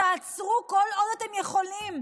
תעצרו כל עוד אתם יכולים,